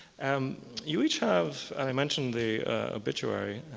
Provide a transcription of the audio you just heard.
um you each have and i mentioned the obituary.